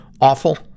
awful